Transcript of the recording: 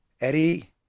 Eddie